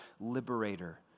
liberator